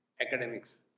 Academics